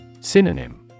Synonym